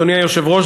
אדוני היושב-ראש,